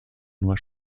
nur